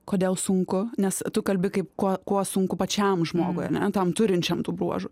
kodėl sunku nes tu kalbi kaip kuo kuo sunku pačiam žmogui ane tam turinčiam tų bruožų